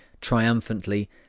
triumphantly